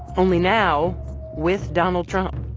only now with donald trump,